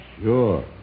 sure